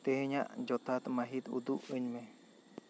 ᱛᱮᱦᱮᱧᱟᱜ ᱡᱚᱛᱷᱟᱛ ᱢᱟᱦᱤᱛ ᱩᱫᱩᱜ ᱟᱹᱧ ᱢᱮ